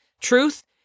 truth